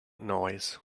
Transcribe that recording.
noise